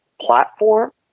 platform